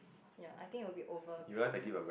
ya I think will be over before